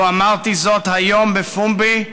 לו אמרתי זאת היום בפומבי,